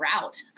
route